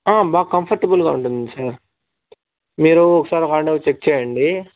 బాగా కంఫోర్టబుల్గా ఉంటుంది సార్ మీరు ఒకసారి చెక్ చేయండి